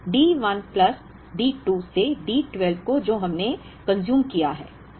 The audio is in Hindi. माइनस D 1 प्लस D 2 से D 12 जो हमने खाया कंज्यूम किया है